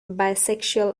bisexual